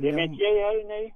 dėmėtieji elniai